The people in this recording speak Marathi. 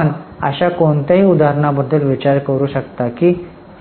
आपण अशा कोणत्याही उदाहरणाबद्दल विचार करू शकता की